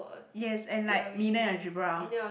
yes and like linear algebra